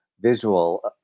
visual